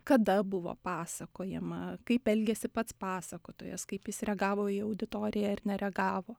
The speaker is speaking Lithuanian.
kada buvo pasakojama kaip elgėsi pats pasakotojas kaip jis reagavo į auditoriją ir nereagavo